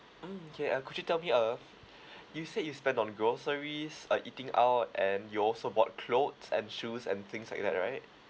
mm okay and could you tell me uh you said you spend on groceries uh eating out and you also bought clothes and shoes and things like that right